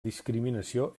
discriminació